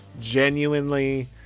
Genuinely